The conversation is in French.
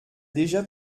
déjà